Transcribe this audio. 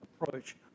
approach